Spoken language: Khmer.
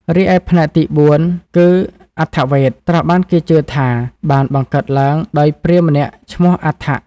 រីឯផ្នែកទី៤គឺ អថវ៌េទ ត្រូវបានគេជឿថាបានបង្កើតឡើងដោយព្រាហ្មណ៍ម្នាក់ឈ្មោះ អថវ៌។